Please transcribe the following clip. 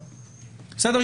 בסדר?